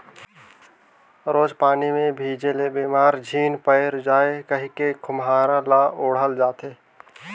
रोज पानी मे भीजे ले बेमार झिन पइर जाए कहिके खोम्हरा ल ओढ़ल जाथे